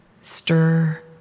stir